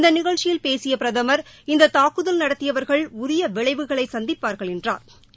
இந்த நிகழ்ச்சியில் பேசிய பிரதமா் இந்த தாக்குதல் நடத்தியவர்கள் உரிய விளைவுகளை சந்திப்பார்கள் என்றா்